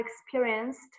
experienced